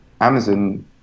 Amazon